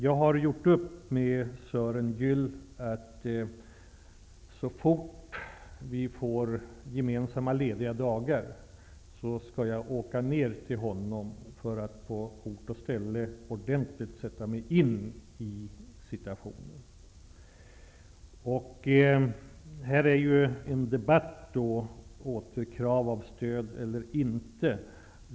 Jag har gjort upp med Sören Gyll att jag så fort vi båda har några dagar lediga skall åka ned till honom för att på ort och ställe ordentligt sätta mig in i situationen. Här förs ju en debatt om huruvida man skall kräva tillbaka stöd eller inte.